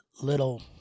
little